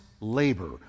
labor